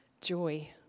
Joy